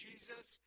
Jesus